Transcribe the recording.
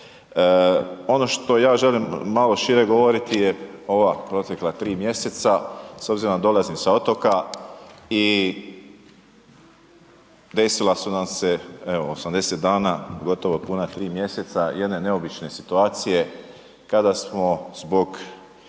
Ono što ja želim malo šire govoriti je ova protekla 3 mjeseca, s obzirom da dolazim sa otoka i desila su nam se evo, 80 dana, gotovo puna 3 mjeseca jedne neobične situacije kada smo zbog